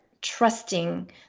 trusting